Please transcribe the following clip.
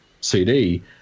CD